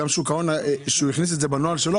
גם שוק ההון שהוא הכניס את זה בנוהל שלו,